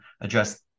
address